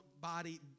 body